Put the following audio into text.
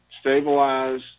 stabilize